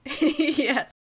Yes